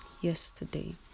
yesterday